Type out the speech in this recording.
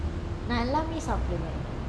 நான் எல்லாமே சாப்பிடுவான்:naan ellamey sapduvan